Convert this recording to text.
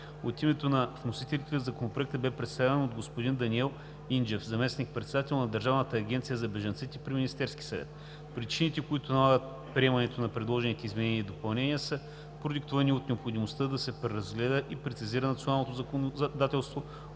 От името на вносителите Законопроектът бе представен от господин Даниел Инджиев – заместник-председател на Държавната агенция за бежанците при Министерския съвет. Причините, които налагат приемането на предложените изменения и допълнения, са продиктувани от необходимостта да се преразгледа и прецизира националното законодателство